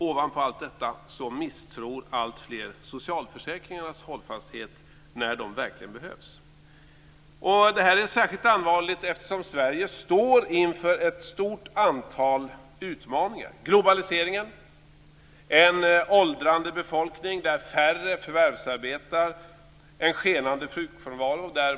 Ovanpå allt detta misstror alltfler socialförsäkringarnas hållfasthet när de verkligen behövs. Detta är särskilt allvarligt eftersom Sverige står inför ett stort antal utmaningar, globaliseringen, en åldrande befolkning där färre förvärvsarbetar och en skenande sjukfrånvaro.